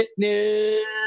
Fitness